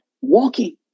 Walking